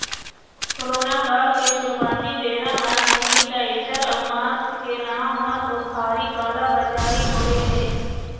corona काल के शुरुआती बेरा म सेनीटाइजर अउ मास्क के नांव म तो भारी काला बजारी होय हे